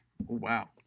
Wow